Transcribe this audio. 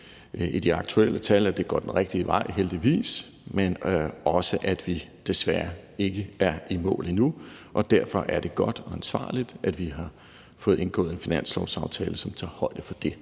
i de aktuelle tal, at det går den rigtige vej, heldigvis, men også, at vi desværre ikke er i mål endnu, og derfor er det godt og ansvarligt, at vi har fået indgået en finanslovsaftale, som tager højde for det.